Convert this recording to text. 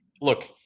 look